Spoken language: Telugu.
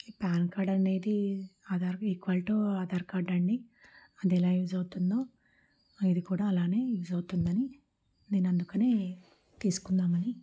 ఈ పాన్ కార్డ్ అనేది Aadhaar equal to Aadhaar card అండి అది ఎలా యూస్ అవుతుందో ఇది కూడా అలానే యూస్ అవుతుందని నేను అందుకనే తీసుకుందామని